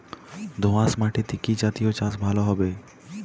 দোয়াশ মাটিতে কি জাতীয় চাষ ভালো হবে?